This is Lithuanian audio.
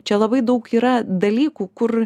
čia labai daug yra dalykų kur